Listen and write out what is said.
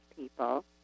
people